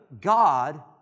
God